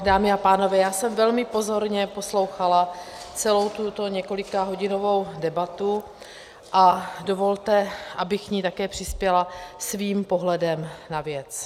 Dámy a pánové, velmi pozorně jsem poslouchala celou tuto několikahodinovou debatu a dovolte, abych k ní také přispěla svým pohledem na věc.